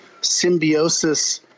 symbiosis